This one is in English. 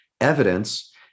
evidence